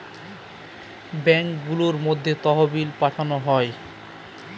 ব্যাঙ্কগুলোর মধ্যে তহবিল পাঠানো হয়